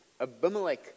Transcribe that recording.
Abimelech